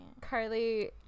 Carly